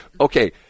Okay